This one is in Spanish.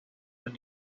las